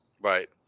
Right